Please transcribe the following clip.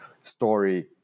story